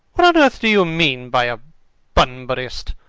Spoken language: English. what on earth do you mean by a bunburyist?